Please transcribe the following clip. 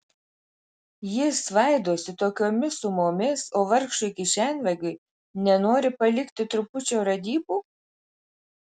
jis svaidosi tokiomis sumomis o vargšui kišenvagiui nenori palikti trupučio radybų